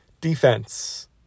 Defense